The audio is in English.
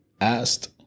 asked